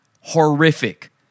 horrific